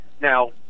now